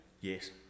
Yes